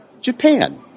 japan